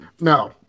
No